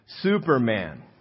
superman